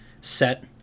set